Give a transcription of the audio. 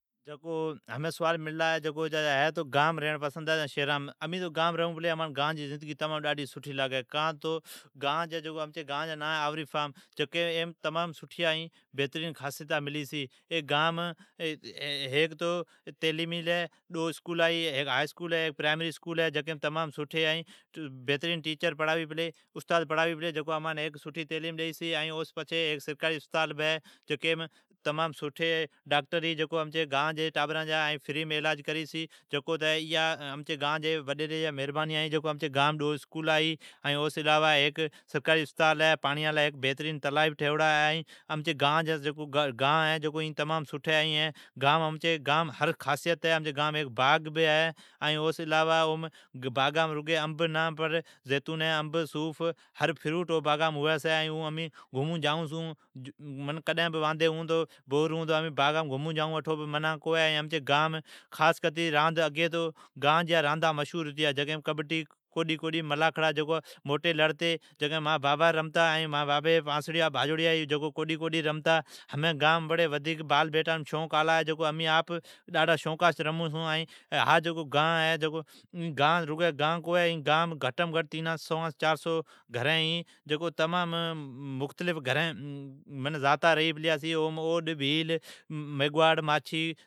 ھمین سوال مل لا ہے۔ تو گائنم ریئڑ پسند ھے یا شھرام ۔ امین گائنم رھون پلی تو زندگی سٹھی لاگی۔ کانتو امچی گان جی ناء ہے آھوری فارم۔ ای گام کافی خاصیتا ملی چھی۔ ای گام ھیک تو تعلیم لے ڈو اسکولا ھی، ھیک ھاء اسکول ہے، ھیک پرائمری اسکول ہے۔ جکام سٹھی استاد پڑھاوی پلی۔ ائین ھیک سٹھی تعلیم ڈیئی پلی۔ ھیک سرکاری اسپتال بھی ہے۔ جکیم سٹھے ڈاکٹر ھے، ائین سٹھا علاج کری چھے۔ جکام گان جی ٹابرزان جا فریم علاج کری چھی۔ ایا امچی گان جی وڈیری جیا مھربانیا ھی جکو ڈو اسکولا ھی ھیک سرکاری اسپتال ہے۔ ائین ھیک پیڑین جی پاڑیان جی لائی ھیک بحترین تلا بہ ٹھووڑا ہے۔ ائین امچی گانم جام سٹھے ھے، ائین امچے گانم ھر خاصیتا ھی، امچی گام ھیک باغ بھی ہے۔ جکام رگی انب نا پر ،زیتونی ،انب ،صوف ھر فروٹ ھوی چھی، ائین امین جکار گھمون جائون چھون۔ معنی امین کڈھن بہ واڈی ھون چھون تو جائون چھون۔ اٹھو منع کونی ہے۔ امچی گانم خاص کرتے اگی گانم راندا مشورھتیا ،ھمین کوڈی کوڈین رمتین ملھ کھستین۔ ملاکھڑا کیتے جکیم مانجا بابا بھی کوڈی کوڈی رمتا مانجی بابی جیا بھی پانسڑیا بھاجوڑیا ھی۔ ھمین سجی گان بال بیٹ جا سوق آلا ہے، ائین امین آپ موٹے شوقاس رمون چھون۔ این رگی گان کونی ہے، ای گام گھٹم گھٹ تینا سوان کرتے چاران سوان تائین گھرین ھی۔ اوم مختلف ذاتا ریئی پلیا ھی جکام اوڈ، بھیل، میگھواڑ، ماچھی ھی